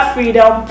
Freedom